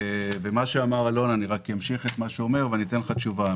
אמשיך את מה שאמר אלון זסק ואגיד לך תשובה.